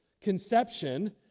conception